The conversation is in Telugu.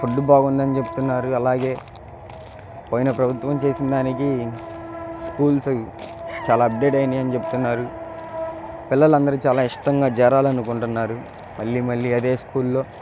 ఫుడ్డు బాగుందని చెప్తున్నారు అలాగే పోయిన ప్రభుత్వం చేసిన దానికి స్కూల్స్ చాలా అప్డేట్ అయ్యాయని చెప్తున్నారు పిల్లలందరూ చాలా ఇష్టంగా చేరాలి అనుకుంటున్నారు మళ్ళీ మళ్ళీ అదే స్కూల్లో